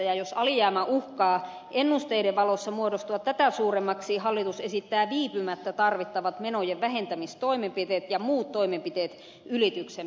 jos alijäämä uhkaa ennusteiden valossa muodostua tätä suuremmaksi hallitus esittää viipymättä tarvittavat menojen vähentämistoimenpiteet ja muut toimenpiteet ylityksen välttämiseksi